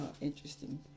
interesting